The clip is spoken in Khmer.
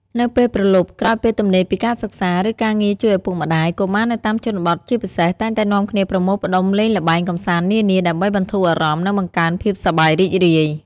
នៅពេលព្រលប់ ក្រោយពេលទំនេរពីការសិក្សា ឬការងារជួយឪពុកម្តាយ កុមារនៅតាមជនបទ ជាពិសេស តែងតែនាំគ្នាប្រមូលផ្តុំលេងល្បែងកម្សាន្តនានា ដើម្បីបន្ធូរអារម្មណ៍ និងបង្កើនភាពសប្បាយរីករាយ ។